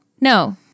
No